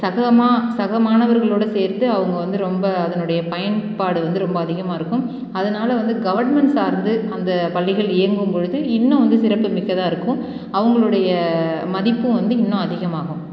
சகமா சகமாணவர்களோடு சேர்த்து அவங்க வந்து ரொம்ப அதனுடைய பயன்பாடு வந்து ரொம்ப அதிகமாக இருக்கும் அதனால் வந்து கவர்மெண்ட் சார்ந்து அந்த பள்ளிகள் இயங்கும் பொழுது இன்னும் வந்து சிறப்பு மிக்கதாக இருக்கும் அவங்களுடைய மதிப்பும் வந்து இன்னும் அதிகமாகும்